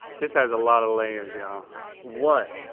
this has a lot of layers, y'all one,